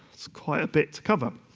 it's quite a bit to cover.